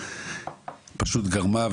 פשוט גרמה,